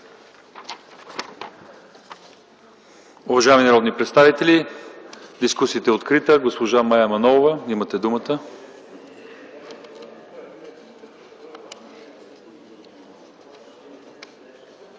Уважаеми народни представители, дискусията е открита. Госпожа Мая Манолова, имате думата.